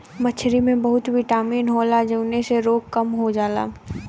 मछरी में बहुत बिटामिन होला जउने से रोग कम होत जाला